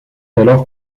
alors